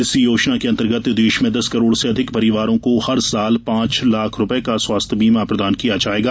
इस योजना के अंतर्गत देश में दस करोड से अधिक परिवारों को हर साल पांच लाख रूपये का स्वास्थ्य बीमा प्रदान किया जायेगा